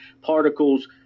particles